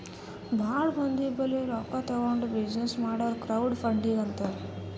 ಭಾಳ ಮಂದಿ ಬಲ್ಲಿ ರೊಕ್ಕಾ ತಗೊಂಡ್ ಬಿಸಿನ್ನೆಸ್ ಮಾಡುರ್ ಕ್ರೌಡ್ ಫಂಡಿಂಗ್ ಅಂತಾರ್